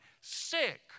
Sick